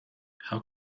how